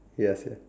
ya sia